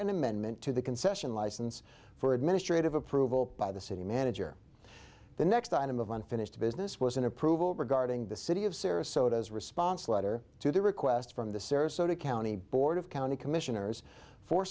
an amendment to the concession license for administrative approval by the city manager the next item of unfinished business was an approval regarding the city of sarasota as a response letter to the request from the sarasota county board of county commissioners for